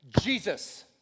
Jesus